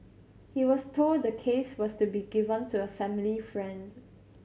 he was told the case was to be given to a family friends